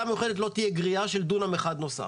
מיוחדת לא תהיה גריעה של דונם אחד נוסף.